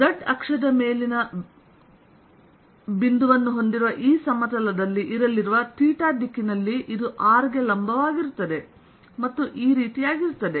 z ಅಕ್ಷದ ಮೇಲಿನ ಬಿಂದುವನ್ನು ಹೊಂದಿರುವ ಈ ಸಮತಲದಲ್ಲಿ ಇರಲಿರುವ ಥೀಟಾ ದಿಕ್ಕಿನಲ್ಲಿ ಇದು r ಗೆ ಲಂಬವಾಗಿರುತ್ತದೆ ಮತ್ತು ಈ ರೀತಿಯಾಗಿರುತ್ತದೆ